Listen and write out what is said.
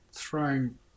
Throwing